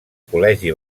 col·legi